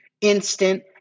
instant